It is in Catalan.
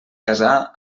casà